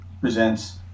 presents